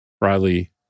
Riley